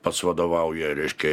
pats vadovauja reiškia